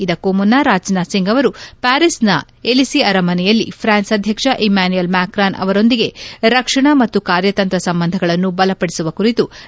ಇದಕ್ಕೂ ಮುನ್ನ ರಾಜನಾಥ್ ಸಿಂಗ್ ಅವರು ಪ್ಟಾರಿಸ್ನ ಎಲಿಸಿ ಅರಮನೆಯಲ್ಲಿ ಫ್ರಾನ್ಸ್ ಅಧ್ಯಕ್ಷ ಇಮಾನ್ಖುಯಲ್ ಮ್ಯಾಕ್ರಾನ್ ಅವರೊಂದಿಗೆ ರಕ್ಷಣಾ ಮತ್ತು ಕಾರ್ಯತಂತ್ರ ಸಂಬಂಧಗಳನ್ನು ಬಲಪಡಿಸುವ ಕುರಿತು ರಕ್ಷಣಾ ಸಚಿವರು ಚರ್ಚಿಸಿದರು